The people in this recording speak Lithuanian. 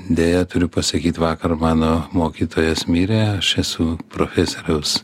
deja turiu pasakyt vakar mano mokytojas mirė aš esu profesoriaus